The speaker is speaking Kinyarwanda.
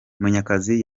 munyakazi